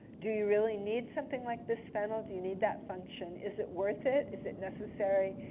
do you really need something like bisphenol? do you need that function? is it worth it? is it necessary?